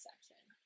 section